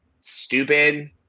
stupid